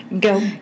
Go